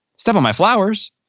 step on my flowers?